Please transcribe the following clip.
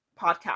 podcast